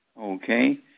Okay